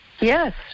Yes